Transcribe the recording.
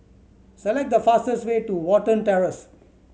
select the fastest way to Watten Terrace